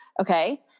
okay